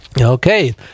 Okay